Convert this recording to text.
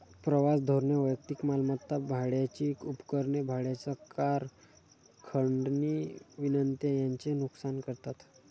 प्रवास धोरणे वैयक्तिक मालमत्ता, भाड्याची उपकरणे, भाड्याच्या कार, खंडणी विनंत्या यांचे नुकसान करतात